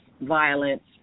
violence